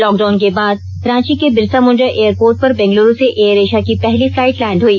lockdown के बाद रांची के बिरसा मुंडा एयरपोर्ट पर बेंगलुरु से एयर एशिया की पहली फ्लाइट लैंड हुई